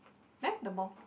there the ball